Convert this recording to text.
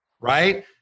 right